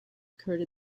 occurred